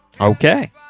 Okay